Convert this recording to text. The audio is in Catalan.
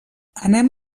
anem